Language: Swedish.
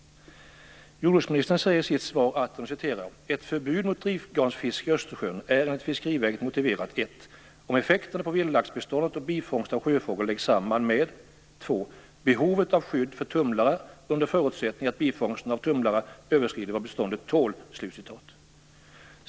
Jordbruksministern säger i sitt svar: "Ett förbud mot drivgarnsfiske i Östersjön är enligt Fiskeriverket motiverat om effekterna på vildlaxbeståndet och bifångster av sjöfågel läggs samman med behovet av skydd för tumlare under förutsättning att bifångsterna av tumlare i drivgarn överskrider vad beståndet tål."